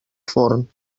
forn